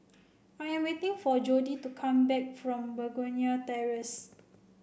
I am waiting for Jodie to come back from Begonia Terrace